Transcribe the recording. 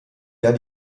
jahr